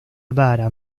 avara